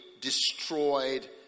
destroyed